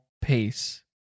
pace